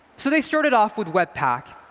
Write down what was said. so they started off with webpack.